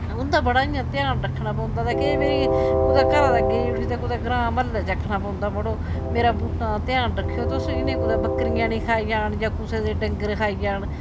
उं'दा बड़ा इ'यां ध्यान रक्खना पौंदा ते केईं बारी कुतै घरा दा गेई उठे ते कुतै ग्रांऽ म्हल्लै च आखना पौंदा मड़ो मेरा बूह्टें दा ध्यान रक्खेओ तुस इनेंगी कुतै बक्करियां नी खाई जान जां कुसै दे डंगर खाई जान